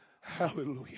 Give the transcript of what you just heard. Hallelujah